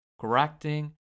correcting